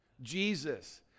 Jesus